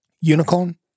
Unicorn